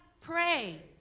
Pray